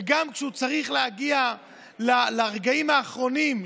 כשהוא צריך להגיע לרגעים האחרונים,